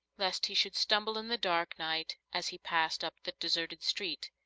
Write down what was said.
lest he should stumble in the dark night as he passed up the deserted street.